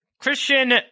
Christian